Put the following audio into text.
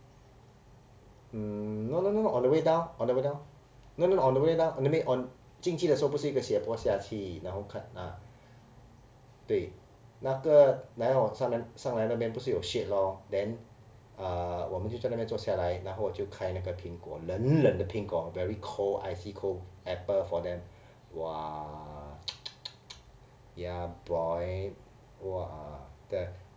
no no no no on the way down on the way down no no no on the way down o~ on 进去的时候不是有一个斜坡下去然后看呐对那个来往上上来那边不是有 shade lor then uh 我们就在那边坐下来然后我就开那个苹果冷冷的苹果 very cold icy cold apple for them !wah! ya boy !wah!